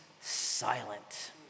silent